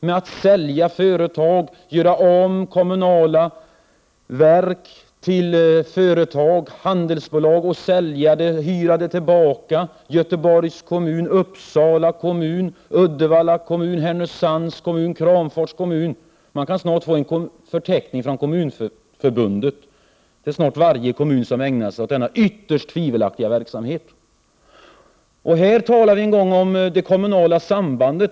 Man gör om kommunala verk till handelsbolag, säljer dem och hyr tillbaka dem. Det gäller Göteborgs kommun, Uppsala kommun, Uddevalla kommun, Härnösands kommun, Kramfors kommun osv. Ja, man kan väl snart få en förteckning från Kommunförbundet, av vilken framgår att nära nog varje kommun ägnar sig åt denna ytterst tvivelaktiga verksamhet. Här har det tidigare talats om det kommunala sambandet.